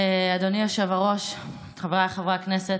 אדוני היושב-ראש, חבריי חברי הכנסת,